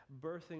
birthing